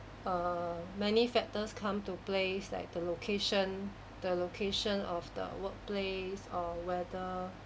err many factors come to place like the location the location of the workplace or whether